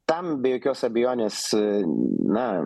tam be jokios abejonės na